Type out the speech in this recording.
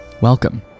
welcome